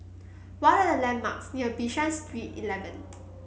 what are the landmarks near Bishan Street Eleven